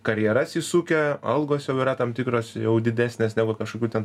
karjeras įsukę algos jau yra tam tikros jau didesnės negu kažkokių ten